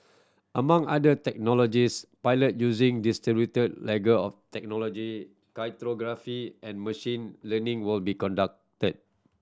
among other technologies pilot using distributed ledger of technology cryptography and machine learning will be conducted